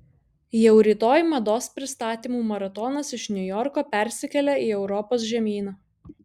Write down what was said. jau rytoj mados pristatymų maratonas iš niujorko persikelia į europos žemyną